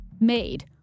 made